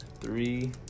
three